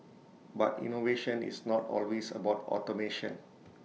but innovation is not always about automation